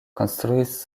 konstruis